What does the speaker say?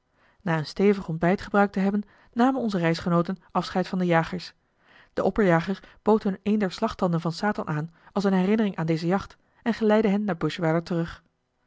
na een stevig ontbijt gebruikt te hebben namen onze reisgenooten afscheid van de jagers de opperjager bood hun een der slagtanden van satan aan als eene herinnering aan deze jacht en geleidde hen naar buschweiler terug